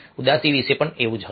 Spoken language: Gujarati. ઉદાસી વિશે પણ એવું જ હશે